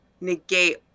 negate